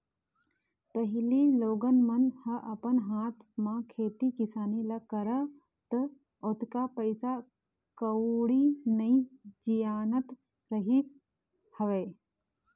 पहिली लोगन मन ह अपन हाथ म खेती किसानी ल करय त ओतका पइसा कउड़ी नइ जियानत रहिस हवय